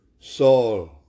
Saul